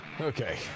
Okay